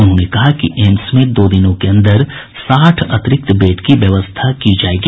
उन्होंने कहा कि एम्स में दो दिनों के अंदर साठ अतिरिक्त बेड की व्यवस्था की जायेगी